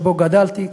שבו גדלתי.